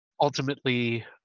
ultimately